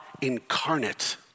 incarnate